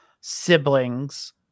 siblings